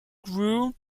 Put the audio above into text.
grew